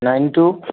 nine two